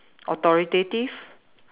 authoritative